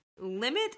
limit